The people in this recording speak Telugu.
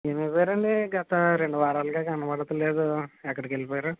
ఏమైపోయారండీ గత రెండు వారాలుగా కనపడుట లేదు ఎక్కడికెళ్ళిపోయారు